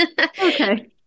Okay